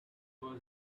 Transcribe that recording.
was